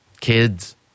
kids